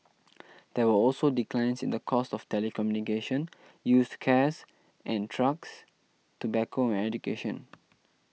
there were also declines in the cost of telecommunication used cares and trucks tobacco and education